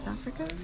Africa